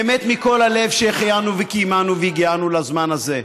באמת מכל הלב, שהחיינו וקיימנו והגיענו לזמן הזה,